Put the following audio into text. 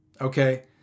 okay